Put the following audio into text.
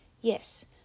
Yes